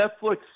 Netflix